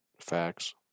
Facts